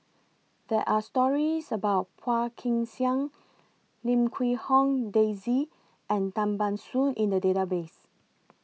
There Are stories about Phua Kin Siang Lim Quee Hong Daisy and Tan Ban Soon in The Database